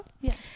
Yes